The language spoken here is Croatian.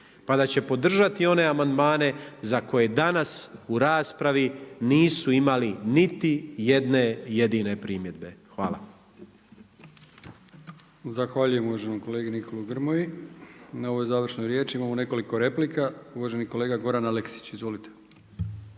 pa da će podržati one amandmane za koje danas, u raspravi nisu imali niti jedne jedine primjedbe. Hvala. **Brkić, Milijan (HDZ)** Zahvaljujem uvaženom kolegi Nikoli Grmoji na ovoj završnoj riječi. Imamo nekoliko replika. Uvaženi kolega Goran Aleksić. Izvolite.